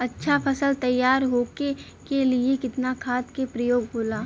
अच्छा फसल तैयार होके के लिए कितना खाद के प्रयोग होला?